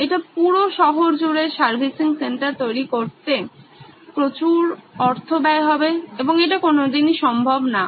এটি পুরো শহর জুড়ে সার্ভিসিং সেন্টার তৈরি করতে প্রচুর অর্থ ব্যয় হবে এবং এটা কোনদিনই সম্ভব হবে না